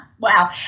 Wow